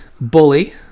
Bully